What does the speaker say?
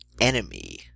enemy